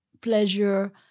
pleasure